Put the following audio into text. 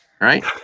right